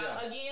again